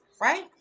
right